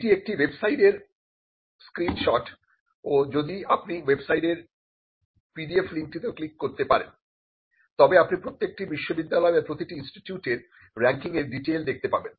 এটি একটি ওয়েবসাইটের স্ক্রিনশট ও যদি আপনি ওয়েবসাইটেরও PDF লিংকটিতে ক্লিক করতে পারেন তবে আপনি প্রত্যেকটি বিশ্ববিদ্যালয় বা প্রতিটি ইনস্টিটিউটের রেংকিংয়ের ডিটেইল দেখতে পাবেন